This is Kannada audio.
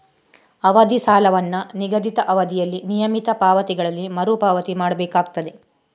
ಅವಧಿ ಸಾಲವನ್ನ ನಿಗದಿತ ಅವಧಿಯಲ್ಲಿ ನಿಯಮಿತ ಪಾವತಿಗಳಲ್ಲಿ ಮರು ಪಾವತಿ ಮಾಡ್ಬೇಕಾಗ್ತದೆ